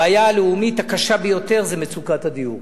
הבעיה הלאומית הקשה ביותר זה מצוקת הדיור.